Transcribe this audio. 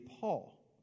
Paul